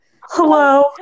Hello